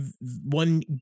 one